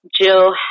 Jill